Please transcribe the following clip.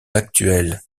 l’actuel